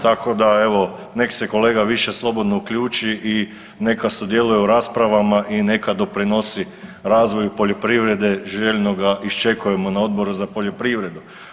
Tako da evo nek se kolega više slobodno uključi i neka sudjeluje u raspravama i neka doprinosi razvoju poljoprivrede željno ga iščekujemo na Odboru za poljoprivredu.